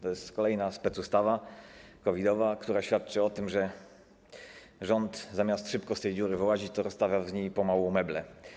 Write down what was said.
To jest kolejna specustawa COVID-owa, która świadczy o tym, że rząd zamiast szybko z tej dziury wyłazić, rozstawia w niej pomału meble.